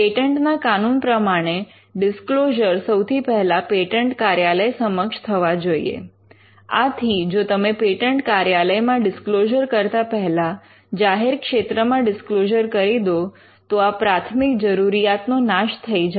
patent ના કાનૂન પ્રમાણે ડિસ્ક્લોઝર સૌથી પહેલા પેટન્ટ કાર્યાલય સમક્ષ થવા જોઈએ આથી જો તમે પેટન્ટ કાર્યાલયમાં ડિસ્ક્લોઝર કરતા પહેલા જાહેર ક્ષેત્રમાં ડિસ્ક્લોઝર કરી દો તો આ પ્રાથમિક જરૂરિયાતનો નાશ થઈ જાય